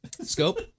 Scope